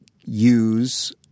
use